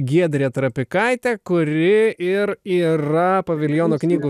giedrė trapikaitė kuri ir yra paviljono knygų